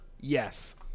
Yes